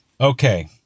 Okay